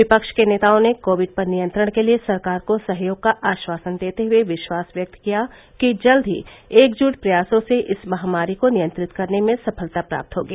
विपक्ष के नेताओं ने कोविड पर नियंत्रण के लिए सरकार को सहयोग का आश्वासन देते हुए विश्वास व्यक्त किया कि जल्द ही एकजुट प्रयासों से इस महामारी को नियंत्रित करने में सफलता प्राप्त होगी